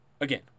again